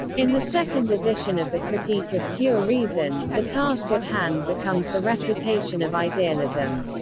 in the second edition of the critique of pure reason, the task at hand becomes the refutation of idealism.